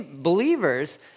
believers